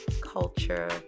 Culture